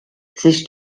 sich